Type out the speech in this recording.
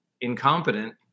incompetent